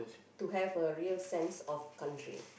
to have a real sense of country